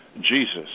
Jesus